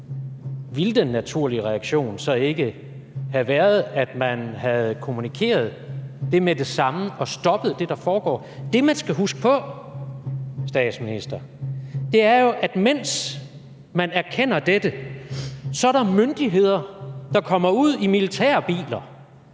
ville den naturlige reaktion så ikke have været, at man havde kommunikeret det med det samme og stoppet det, der foregår? Det, man skal huske på, statsminister, er jo, at mens man erkender dette, er der myndigheder, der kommer ud i militærbiler